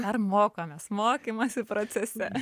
dar mokomės mokymosi procese